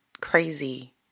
crazy